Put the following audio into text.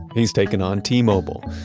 he's taken on t-mobile.